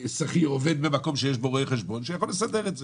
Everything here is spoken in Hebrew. שכיר עובד במקום שיש בו רואה חשבון שיכול לסדר את זה.